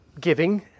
Giving